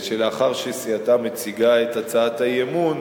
שלאחר שסיעתה מציגה את הצעת האי-אמון,